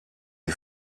die